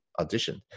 auditioned